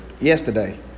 Yesterday